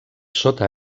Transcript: sota